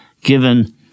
given